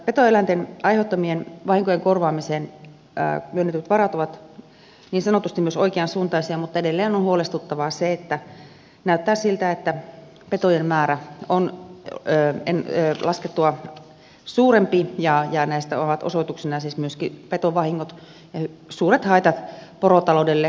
petoeläinten aiheuttamien vahinkojen korvaamiseen myönnetyt varat ovat niin sanotusti myös oikeansuuntaisia mutta edelleen on huolestuttavaa että näyttää siltä että petojen määrä on laskettua suurempi ja näistä ovat osoituksena siis myöskin petovahingot ja suuret haitat porotaloudelle